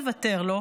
לא נוותר לו,